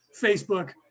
Facebook